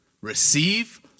Receive